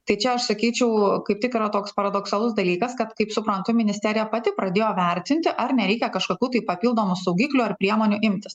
tai čia aš sakyčiau kaip tik yra toks paradoksalus dalykas kad kaip suprantu ministerija pati pradėjo vertinti ar nereikia kažkokių tai papildomų saugiklių ar priemonių imtis